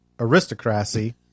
Aristocracy